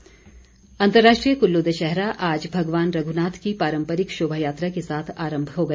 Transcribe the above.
दशहरा अंतर्राष्ट्रीय कुल्लू दशहरा आज भगवान रघुनाथ की पारंपरिक शोभायात्रा के साथ आरंभ हो गया